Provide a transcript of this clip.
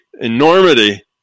enormity